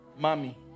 Mommy